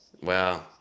Wow